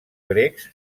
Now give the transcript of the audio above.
grecs